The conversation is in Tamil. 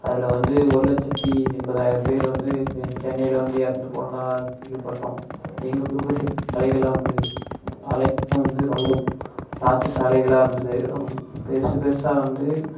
அதில் வந்து ஒரு லட்சத்தி எண்பதாயிரம் பேர் வந்து சென்னையில் வந்து இறந்து போனதாக கேள்விப்பட்டோம் எங்கள் ஊருக்கு அலைகளெலாம் வந்தது அலைகளெலாம் வந்து ரொம்ப ராட்சஸ அலைகளாக இருந்தது பெரிசா பெரிசா வந்து